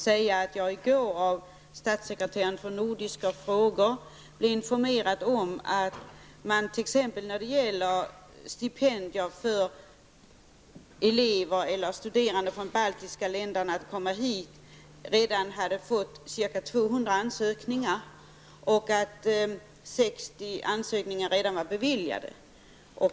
I går blev jag informerad av statssekreteraren för nordiska frågor om att t.ex. när det gäller stipendier för elever och studerande från de baltiska länderna har det redan kommit in ca 200 ansökningar. 60 ansökningar har redan beviljats.